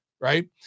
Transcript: Right